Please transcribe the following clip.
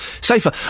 safer